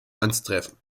anzutreffen